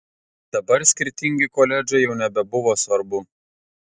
dabar skirtingi koledžai jau nebebuvo svarbu